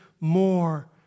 more